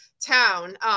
town